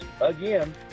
again